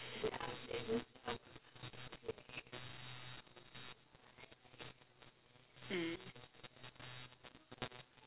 mm